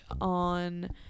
on